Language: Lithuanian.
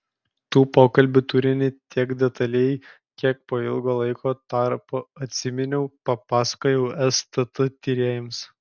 tų pokalbių turinį tiek detaliai kiek po ilgo laiko tarpo atsiminiau papasakojau stt tyrėjams